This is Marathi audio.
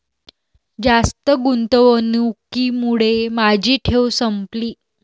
जास्त गुंतवणुकीमुळे माझी ठेव संपली